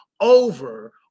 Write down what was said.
over